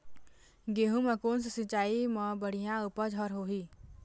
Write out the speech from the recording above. गेहूं म कोन से सिचाई म बड़िया उपज हर होही?